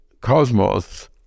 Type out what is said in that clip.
cosmos